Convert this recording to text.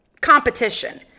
competition